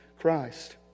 Christ